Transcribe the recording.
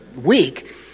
week